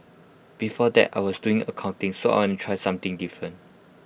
before that I was doing accounting so I want to try something different